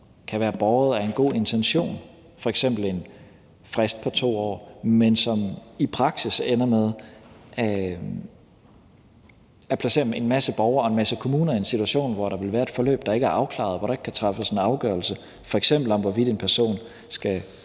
kan være båret af en god intention, f.eks. en frist på 2 år, men de ender i praksis med at placere en masse borgere og en masse kommuner i en situation, hvor der vil være et forløb, der ikke er afklaret, og hvor der ikke kan træffes en afgørelse, f.eks. om, hvorvidt en person skal